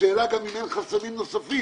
השאלה גם אם אין חסמים נוספים.